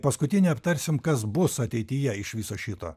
paskutinėj aptarsim kas bus ateityje iš viso šito